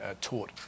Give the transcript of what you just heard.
taught